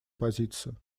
позицию